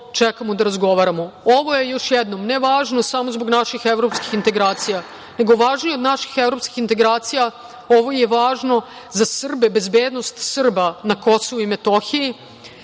čekamo da razgovaramo. Ovo je, još jednom, ne važno samo zbog naših evropskih integracija, nego je važnije od naših evropskih integracija. Ovo je važno za Srbe, bezbednost Srba na Kosovu i Metohiji,